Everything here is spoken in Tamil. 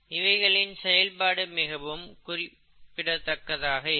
இவைகளின் செயல்பாடு மிகவும் குறிப்பிட்டதாக இருக்கும்